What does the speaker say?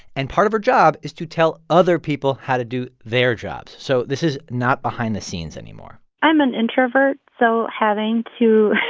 and part of her job is to tell other people how to do their jobs. so this is not behind the scenes anymore i'm an introvert, so having to,